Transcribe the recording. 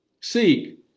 Seek